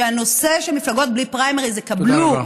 שמפלגות בלי פריימריז יקבלו